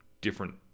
different